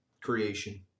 creation